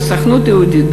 הסוכנות היהודית,